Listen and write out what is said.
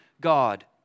God